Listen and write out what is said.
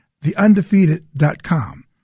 TheUndefeated.com